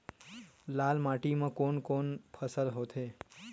लाल माटी म कोन कौन से फसल होथे?